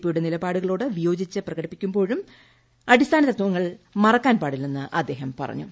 പിയുടെ നിലപാടുകളോട് വിയോജിപ്പ് പ്രകടിപ്പിക്കുമ്പോഴും അടിസ്ഥാന തത്വങ്ങൾ മറക്കാൻ പാടില്ലെന്ന് അദ്ദേഹം പറഞ്ഞു